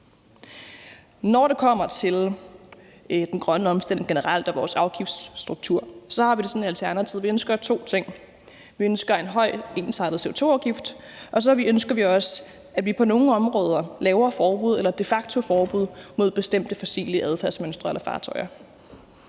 Når det kommer til den grønne omstilling generelt og vores afgiftsstruktur, har vi det sådan i Alternativet, at vi ønsker to ting. Vi ønsker en høj, ensartet CO2-afgift, og så ønsker vi også, at vi på nogle områder laver de facto forbud mod bestemte fossile adfærdsmønstre eller fartøjer.